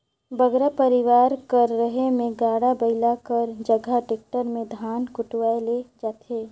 बगरा परिवार कर रहें में गाड़ा बइला कर जगहा टेक्टर में धान कुटवाए ले जाथें